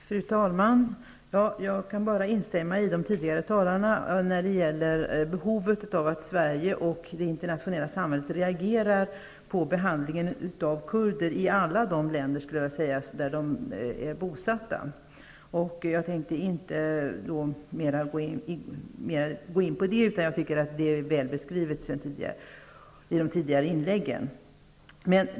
Fru talman! Jag kan bara instämma med de tidigare talarna när get gäller behovet av att Sverige och de internationella samfunden reagerar på behandlingen av kurder i alla de länder där kurder är bosatta. Jag tänker inte mera gå in på det, för det är väl beskrivet i de tidigare inläggen.